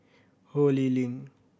Ho Lee Ling